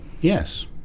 yes